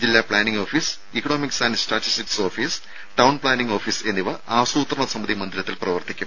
ജില്ലാ planning office economics and statistics office town planning office എന്നിവ ആസൂത്രണ സമിതി മന്ദിരത്തിൽ പ്രവർത്തിക്കും